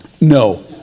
No